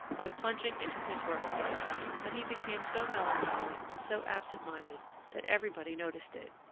by plunging into his work again but he became so melancholy and so absent-minded that everybody noticed it.